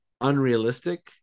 unrealistic